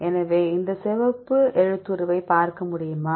எனவே இந்த சிவப்பு எழுத்துருவைப் பார்க்க முடியுமா